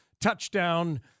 touchdown